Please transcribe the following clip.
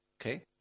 Okay